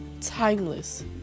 timeless